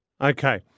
Okay